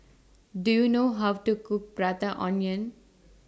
Do YOU know How to Cook Prata Onion